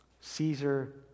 Caesar